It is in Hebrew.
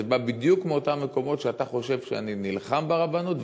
זה בא בדיוק מאותם מקומות שאתה חושב שאני נלחם ברבנות.